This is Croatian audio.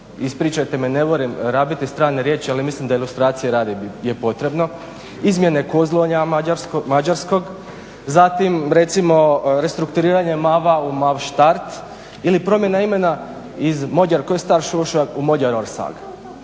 ispričajte me ne volim rabiti strane riječi ali mislim da ilustracije radi je potrebno, izmjene kozlonja mađarskoga zatim recimo restrukturiranje MAV-a u MAV-START ili promjena imena iz … u Magyarorszag.